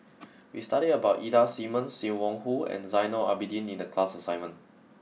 we studied about Ida Simmons Sim Wong Hoo and Zainal Abidin in the class assignment